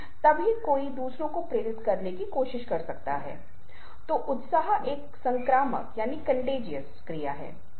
अभिवादन के रूप में हाथों को हिलाना भी संभवत इसी तरह की चीज़ के साथ करना है जहाँ हाथ बिना किसी हथियार या किसी चीज़ के बिना खाली है जहाँ से यह शुरू हुआ होगा